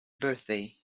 birthday